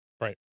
Right